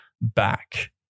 back